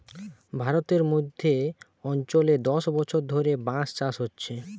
ভারতের মধ্য অঞ্চলে দশ বছর ধরে বাঁশ চাষ হচ্ছে